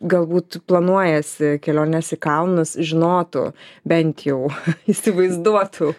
galbūt planuojasi keliones į kalnus žinotų bent jau įsivaizduotų